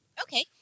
Okay